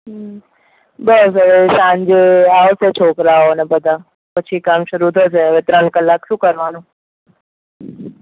હમ્મ બરાબર સાંજે આવશે છોકરાઓને બધા પછી કામ શરૂ થશે હવે ત્રણ કલાક શું કરવાનું